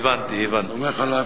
אני סומכת על השר,